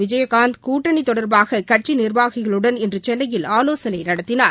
விஜயகாந்த் கூட்டணி தொடர்பாக கட்சி நிர்வாகிகளுடன் இன்று சென்னையில் ஆலோசனை நடத்தினார்